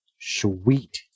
Sweet